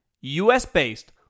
US-based